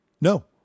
No